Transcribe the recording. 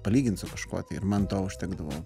palygint su kažkuo tai ir man to užtekdavo